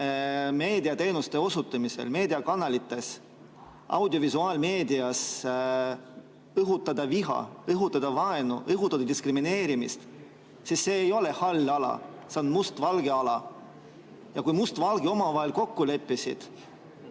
meediateenuste osutamisel meediakanalites, audiovisuaalmeedias, õhutada viha, õhutada vaenu, õhutada diskrimineerimist, siis see ei ole hall ala, see on mustvalge ala. Kui Must ja Valge omavahel kokku leppisid,